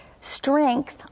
strength